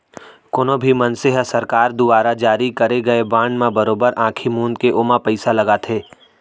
कोनो भी मनसे ह सरकार दुवारा जारी करे गए बांड म बरोबर आंखी मूंद के ओमा पइसा लगाथे